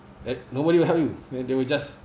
uh nobody will help you and then they will just